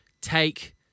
take